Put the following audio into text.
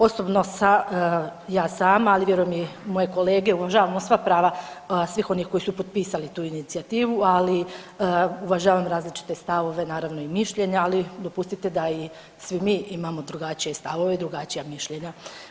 Osobno sa ja sama, ali vjerujem i moje kolege uvažavamo sva prava svih onih koji su potpisali tu inicijativu, ali uvažavam i različite stavove, naravno i mišljenja, ali dopustite da i svi mi imamo drugačije i stavove i drugačija mišljenja.